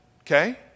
Okay